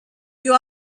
you